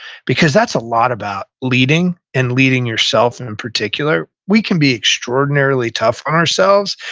because that's a lot about leading, and leading yourself, and in particular we can be extraordinarily tough on ourselves,